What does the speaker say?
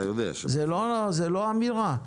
זו לא אמירה.